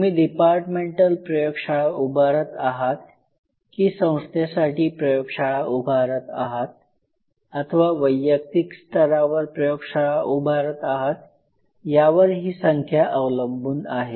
तुम्ही डिपार्टमेंटल प्रयोगशाळा उभारत आहात की संस्थेसाठी प्रयोगशाळा उभारत आहात अथवा वैयक्तिक स्तरावर प्रयोगशाळा उभारत आहात यावर ही संख्या अवलंबून आहे